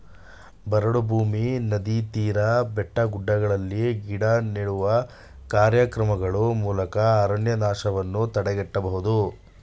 ಬರಡು ಭೂಮಿ, ನದಿ ತೀರ, ಬೆಟ್ಟಗುಡ್ಡಗಳಲ್ಲಿ ಗಿಡ ನೆಡುವ ಕಾರ್ಯಕ್ರಮಗಳ ಮೂಲಕ ಅರಣ್ಯನಾಶವನ್ನು ತಡೆಗಟ್ಟಬೋದು